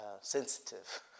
sensitive